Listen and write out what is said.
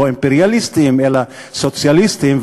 לא אימפריאליסטים אלא סוציאליסטים,